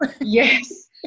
Yes